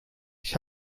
ich